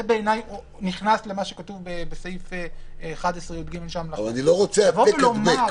זה בעיניי נכנס למה שכתוב בסעיף --- אבל אני לא רוצה העתק-הדבק.